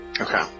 Okay